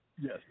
Yes